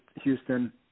Houston